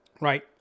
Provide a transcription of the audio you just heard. Right